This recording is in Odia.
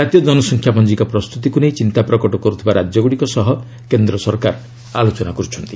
କାତୀୟ ଜନସଂଖ୍ୟା ପଞ୍ଜିକା ପ୍ରସ୍ତୁତିକୁ ନେଇ ଚିନ୍ତା ପ୍ରକଟ କରୁଥିବା ରାଜ୍ୟଗୁଡ଼ିକ ସହ କେନ୍ଦ୍ର ସରକାର ଆଲୋଚନା କରୁଛନ୍ତି